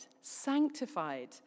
sanctified